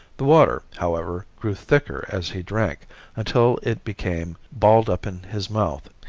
the water, however, grew thicker as he drank until it became balled up in his mouth,